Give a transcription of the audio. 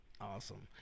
Awesome